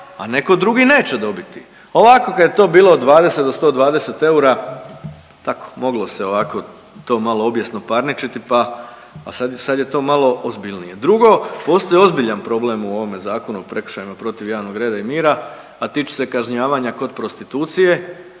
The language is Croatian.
a neko drugi neće dobiti. Ovako kad je to bilo od 20 do 120 eura, tako moglo se ovako to malo obijesno parničiti pa, a sad je to malo ozbiljnije. Drugo postoji ozbiljan problem u ovome Zakonu o prekršajima protiv javnog reda i mira, a tiče se kažnjavanja kod prostitucije